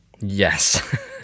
Yes